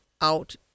out